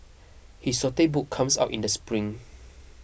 his saute book comes out in the spring